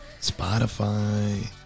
Spotify